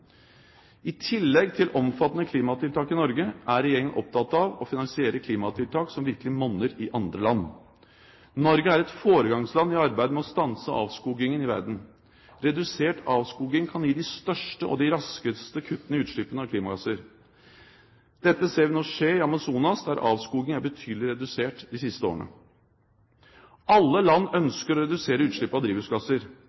I tillegg til omfattende klimatiltak i Norge er regjeringen opptatt av å finansiere klimatiltak som virkelig monner i andre land. Norge er et foregangsland i arbeidet med å stanse avskogingen i verden. Redusert avskoging kan gi de største og raskeste kuttene i utslippene av klimagasser. Dette ser vi nå skje i Amazonas, der avskogingen er betydelig redusert de siste årene. Alle land